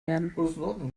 werden